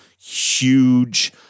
huge